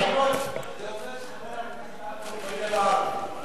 לפי הרשימות זה אומר שחבר הכנסת עפו אגבאריה לא ערבי.